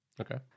Okay